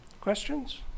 Questions